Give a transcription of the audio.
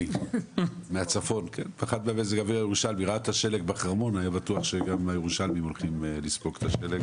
עד שהוא יעלה ל-זום,